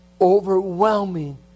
overwhelming